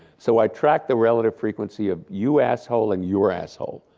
so i tracked the relative frequency of, you asshole. and your asshole.